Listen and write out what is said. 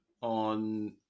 on